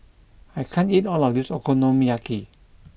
I can't eat all of this Okonomiyaki